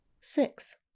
Six